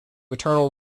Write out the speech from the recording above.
eternal